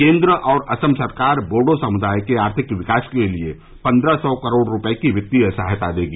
केन्द्र और असम सरकार बोडो समृदाय के आर्थिक विकास के लिए पन्द्रह सौ करोड़ रूपये की वित्तीय सहायता देगी